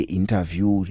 interview